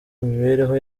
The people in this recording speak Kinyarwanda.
imibereho